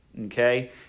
Okay